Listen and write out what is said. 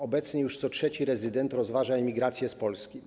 Obecnie już co trzeci rezydent rozważa emigrację z Polski.